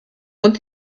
und